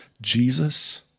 Jesus